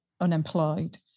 unemployed